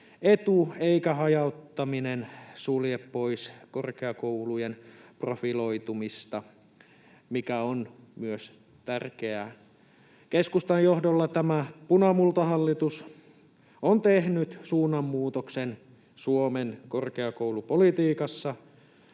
etu, eikä hajauttaminen sulje pois korkeakoulujen profiloitumista, mikä on myös tärkeää. Keskustan johdolla tämä punamultahallitus on tehnyt suunnanmuutoksen Suomen korkeakoulupolitiikassa.